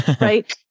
right